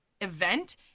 event